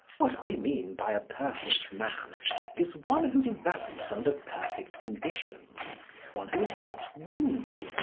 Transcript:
what i mean by a perfect man is one who develops under perfect conditions one who is not wounded,